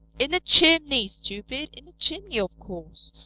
in a chimney, stupid. in a chimney, of course,